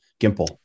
Gimple